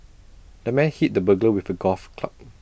the man hit the burglar with A golf club